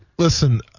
Listen